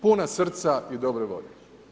Puna srca i dobre volje.